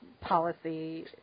policy